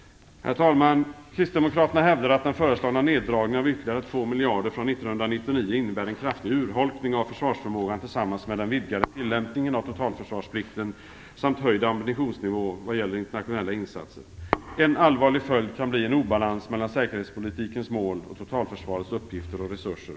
Herr talman! Kristdemokraterna hävdar att den föreslagna neddragningen av ytterligare 2 miljarder från 1999 innebär en kraftig urholkning av försvarsförmågan tillsammans med den vidgade tillämpningen av totalförsvarplikten samt den höjda ambitionsnivån vad gäller internationella insatser. En allvarlig följd kan bli en obalans mellan säkerhetspolitikens mål och totalförsvarets uppgifter och resurser.